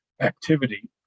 activity